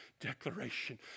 declaration